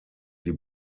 die